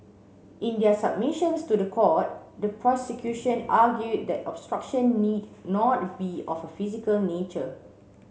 in their submissions to the court the prosecution argued that obstruction need not be of a physical nature